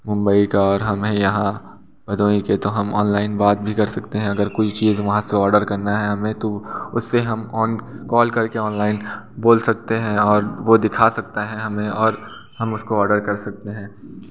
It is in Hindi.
मुंबई का और हम हैं यहाँ भदोही के तो हम ऑनलाइन बात भी कर सकते हैं अगर कोई चीज़ वहाँ से ऑर्डर करना है हमें तो उसे हम ऑन कॉल कर के ऑनलाइन बोल सकते हैं और वो दिखा सकता है हमें और हम उसको ऑर्डर कर सकते हैं